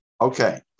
Okay